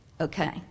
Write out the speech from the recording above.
Okay